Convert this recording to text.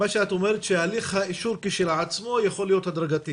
מה שאת אומרת שהליך האישור כשלעצמו יכול להיות הדרגתי